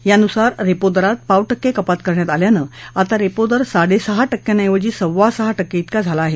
यानुसार रेपो दरात पाव टक्के कपात करण्यात आल्यानं आता रेपो दर साडे सहा टक्क्यांऐवजी सव्वा सहा टक्के िका झाला आहे